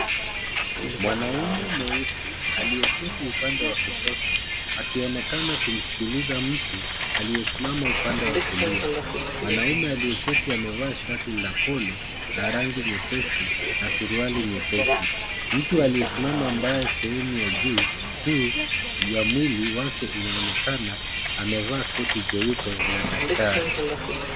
Mwanaume mweusi aliyeketi upande wa kushoto akionekana kumsikiliza mtu aliyesimama upande wa kulia. mwanaume aliyeketi amevaa shati la polo, la rangi nyepesi na suruali nyepesi. Mtu aliyesimama ambaye sehemu ya juu tu ya mwili wake inaonekana amevaa koti jeupe la daktari.